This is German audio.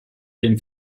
dem